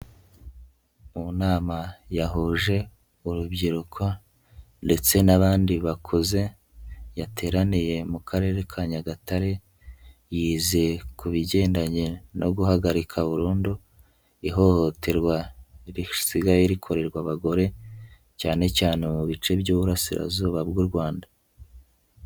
Mu nama yahuje urubyiruko ndetse n'abandi bakuze, yateraniye mu karere ka Nyagatare, yize ku bigendanye no guhagarika burundu ihohoterwa risigaye rikorerwa abagore, cyane cyane mu bice by'uburasirazuba bw'u Rwanda.